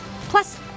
Plus